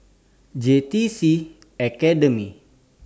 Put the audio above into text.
J T C Academy